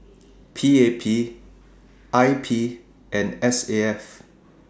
P A P I P and S A F